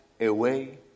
away